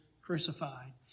crucified